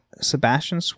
Sebastian